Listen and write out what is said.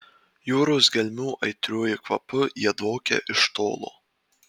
jūros gelmių aitriuoju kvapu jie dvokia iš tolo